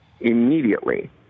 immediately